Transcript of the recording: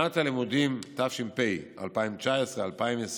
בשנת הלימודים תש"ף, 2019/20,